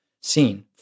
seen